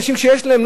אנשים שיש להם,